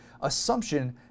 assumption